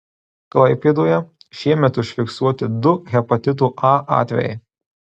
klaipėdoje šiemet užfiksuoti du hepatito a atvejai